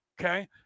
Okay